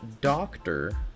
doctor